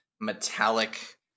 metallic